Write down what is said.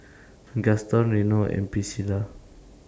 Gaston Reno and Priscilla